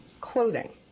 clothing